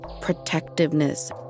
protectiveness